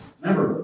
Remember